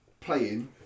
playing